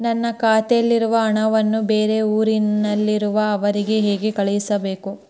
ನನ್ನ ಖಾತೆಯಲ್ಲಿರುವ ಹಣವನ್ನು ಬೇರೆ ಊರಿನಲ್ಲಿರುವ ಅವರಿಗೆ ಹೇಗೆ ಕಳಿಸಬೇಕು?